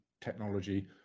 technology